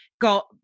got